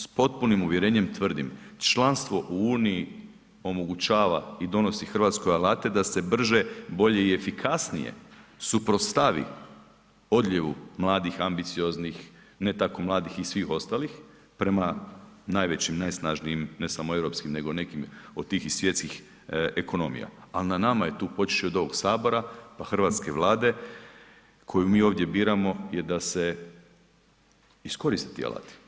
S potpunim uvjerenjem tvrdim, članstvo u uniji omogućava i donosi Hrvatskoj alate da se brže, bolje i efikasnije suprotstavi odljevu mladih, ambicioznih, ne tako mladih i svih ostalih prema najvećim najsnažnijim, ne samo europskim nego nekim od tih i svjetskih ekonomija, ali na nama je tu počevši od ovog sabora, pa Hrvatske vlade, koju mi ovdje biramo jer da se iskoriste ti alati.